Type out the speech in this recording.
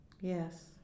Yes